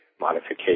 modification